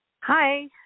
Hi